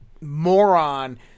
moron